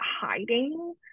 hiding